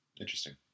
Interesting